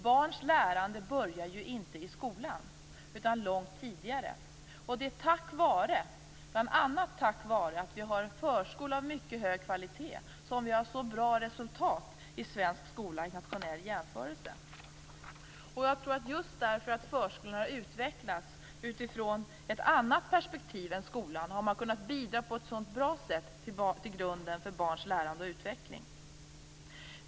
Barns lärande börjar ju inte i skolan utan långt tidigare. Det är bl.a. tack vare att vi har en förskola av mycket hög kvalitet som vi har så bra resultat i den svenska skolan vid en internationell jämförelse. Jag tror att just därför att förskolan har utvecklats utifrån ett annat perspektiv än skolan har man kunnat bidra på ett sådant bra sätt till grunden för barns lärande och utveckling.